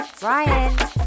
Brian